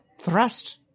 thrust